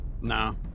no